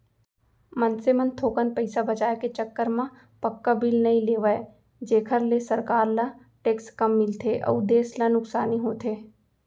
मनसे मन थोकन पइसा बचाय के चक्कर म पक्का बिल नइ लेवय जेखर ले सरकार ल टेक्स कम मिलथे अउ देस ल नुकसानी होथे